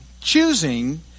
choosing